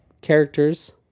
characters